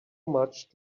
much